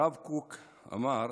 הרב קוק אמר: